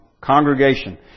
congregation